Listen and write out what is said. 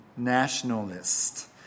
nationalist